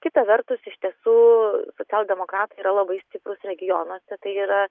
kita vertus iš tiesų socialdemokratai yra labai stiprūs regionuose tai yra